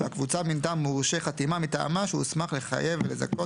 והקבוצה מינתה מורשה חתימה מטעמה שהוסמך לחייב ולזכות